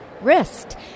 wrist